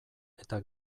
eta